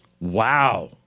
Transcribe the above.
Wow